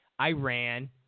Iran